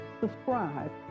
Subscribe